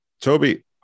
Toby